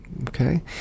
Okay